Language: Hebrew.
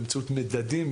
באמצעות מדדים,